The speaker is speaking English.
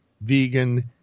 vegan